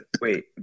Wait